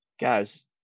guys